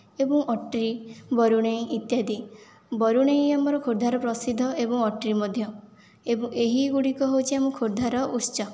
ଏବଂ ଅଟ୍ରି ବରୁଣେଇ ଇତ୍ୟାଦି ବରୁଣେଇ ଆମର ଖୋର୍ଦ୍ଧାର ପ୍ରସିଦ୍ଧ ଏବଂ ଅଟ୍ରି ମଧ୍ୟ ଏ ଏହି ଗୁଡ଼ିକ ହେଉଛି ଆମ ଖୋର୍ଦ୍ଧା ର ଉତ୍ସ